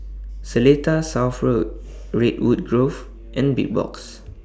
Seletar South Road Redwood Grove and Big Box